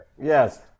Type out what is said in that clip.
Yes